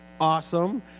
awesome